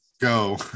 go